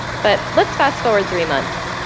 but let's fast forward three months.